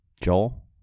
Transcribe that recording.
Joel